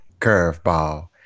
Curveball